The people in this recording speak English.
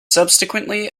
subsequently